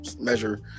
measure